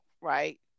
right